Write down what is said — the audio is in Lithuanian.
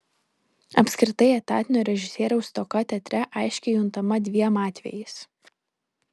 apskritai etatinio režisieriaus stoka teatre aiškiai juntama dviem atvejais